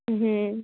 হুম